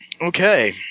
Okay